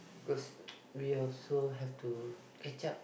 cause we also have to catch up